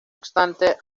obstante